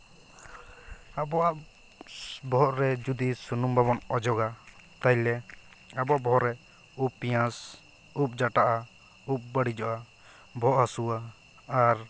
ᱟᱵᱚᱣᱟᱜ ᱵᱚᱦᱚᱜ ᱨᱮ ᱡᱩᱫᱤ ᱥᱩᱱᱩᱢ ᱵᱟᱵᱚᱱ ᱚᱡᱚᱜᱟ ᱛᱟᱭᱞᱮ ᱟᱵᱚ ᱵᱚᱦᱚᱜ ᱨᱮ ᱩᱯᱤᱭᱟᱸᱥ ᱩᱵ ᱡᱟᱴᱟᱜᱼᱟ ᱩᱵ ᱵᱟᱹᱲᱤᱡᱚᱜᱼᱟ ᱵᱚᱦᱚᱜ ᱦᱟᱹᱥᱩᱣᱟ ᱟᱨ